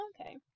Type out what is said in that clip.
Okay